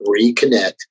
reconnect